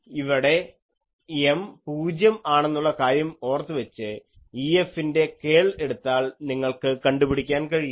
ഇവിടെ M പൂജ്യം ആണെന്നുള്ള കാര്യം ഓർത്തു വച്ച് EFൻറെ കേൾ എടുത്താൽ നിങ്ങൾക്ക് കണ്ടുപിടിക്കാൻ കഴിയും